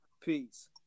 Peace